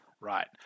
Right